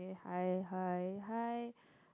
hi hi hi